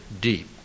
deep